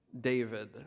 David